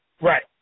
Right